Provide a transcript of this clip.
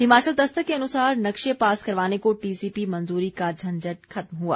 हिमाचल दस्तक के अनुसार नक्शे पास करवाने को टीसीपी मंजूरी का झंझट खत्म हुआ